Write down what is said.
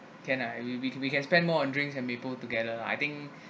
can lah we can we can spend more on drinks and maple together lah I think